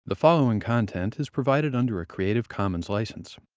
the following content is provided under a creative commons license.